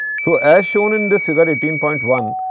so, as shown in this figure eighteen point one,